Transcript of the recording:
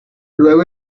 luego